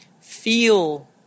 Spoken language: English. feel